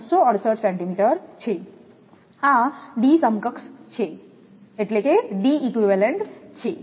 668 centimetre છે આ D સમકક્ષ D eq છે